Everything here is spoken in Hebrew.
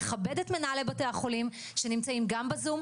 אנחנו נכבד את מנהלי בתי החולים שנמצאים גם בזום,